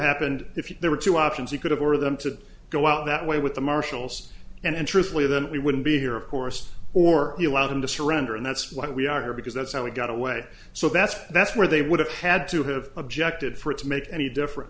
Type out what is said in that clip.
happened if there were two options he could have or them to go out that way with the marshals and truthfully then we wouldn't be here of course or allow them to surrender and that's what we are here because that's how we got away so that's that's where they would have had to have objected for it to make any difference